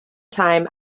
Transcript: time